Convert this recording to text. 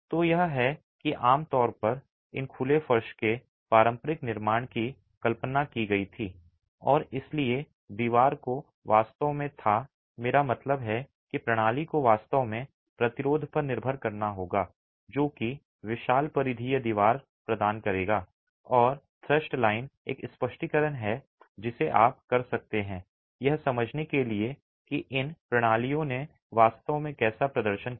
तो यह है कि आम तौर पर इन खुले फर्श के पारंपरिक निर्माण की कल्पना की गई थी और इसलिए दीवार को वास्तव में था मेरा मतलब है कि प्रणाली को वास्तव में प्रतिरोध पर निर्भर करना होगा जो कि विशाल परिधीय दीवार प्रदान करेगा और थ्रस्ट लाइन एक स्पष्टीकरण है जिसे आप कर सकते हैं यह समझने के लिए कि इन प्रणालियों ने वास्तव में कैसा प्रदर्शन किया